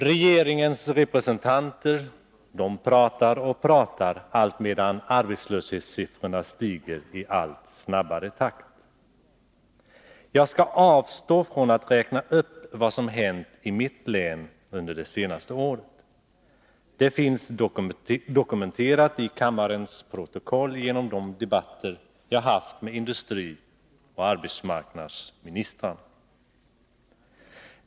Regeringens representanter pratar och pratar, allt medan arbetslöshetssiffrorna stiger i allt snabbare takt. Jag skall avstå från att räkna upp vad som har hänt i mitt län under det senaste året. Det finns dokumenterat i kammarens protokoll genom de debatter som jag har haft med industrioch arbetsmarknadsministrarna.